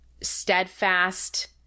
steadfast